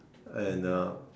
and